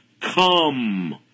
Come